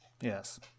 Yes